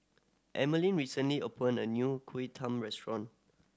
Emeline recently opened a new Kuih Talam restaurant